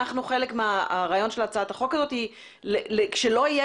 חלק מרעיון הצעת החוק הזה הוא שלא יהיה